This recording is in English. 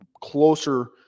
closer